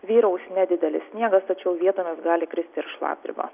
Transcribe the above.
vyraus nedidelis sniegas tačiau vietomis gali kristi ir šlapdriba